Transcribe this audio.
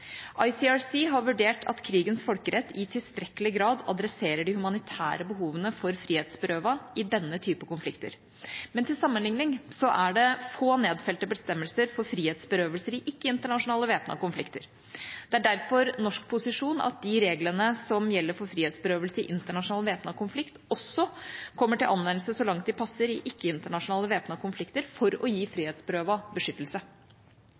ICRC har vurdert at krigens folkerett i tilstrekkelig grad adresserer de humanitære behovene til frihetsberøvede i denne typen konflikter. Men til sammenlikning er det få nedfelte bestemmelser for frihetsberøvelser i ikke-internasjonale væpnete konflikter. Det er derfor norsk posisjon at de reglene som gjelder for frihetsberøvelse i internasjonal væpnet konflikt, også kommer til anvendelse så langt de passer i ikke-internasjonale væpnete konflikter, for å gi frihetsberøvede beskyttelse.